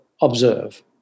observe